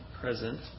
present